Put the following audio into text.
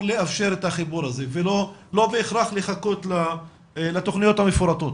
לאפשר את החיבור הזה ולא בהכרח לחכות לתכניות המפורטות,